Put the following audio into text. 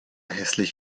hässlich